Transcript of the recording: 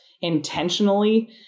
intentionally